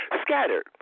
scattered